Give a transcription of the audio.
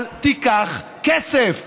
אל תיקח כסף.